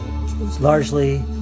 Largely